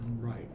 Right